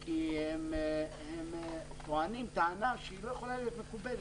כי הם טוענים טענה שלא יכולה להיות מקובלת.